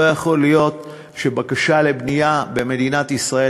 לא יכול להיות שבקשה לבנייה במדינת ישראל,